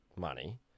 money